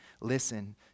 Listen